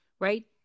Right